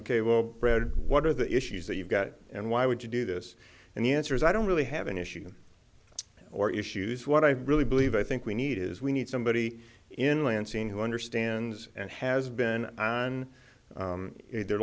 bred what are the issues that you've got and why would you do this and the answer is i don't really have an issue or issues what i really believe i think we need is we need somebody in lansing who understands and has been on their